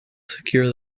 secure